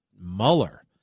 Mueller